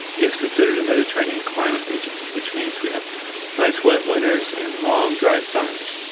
is considered a mediterranean climate region, which means we have nice wet winters and long, dry summers.